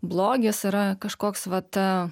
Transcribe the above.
blogis yra kažkoks vat